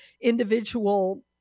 individual